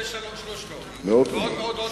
מאות זה 300, ועוד 300,